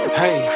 hey